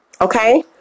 Okay